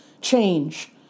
change